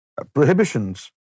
Prohibitions